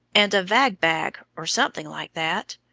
and a vagbag, or something like that.